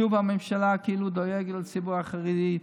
שוב הממשלה כאילו דואגת לציבור החרדי.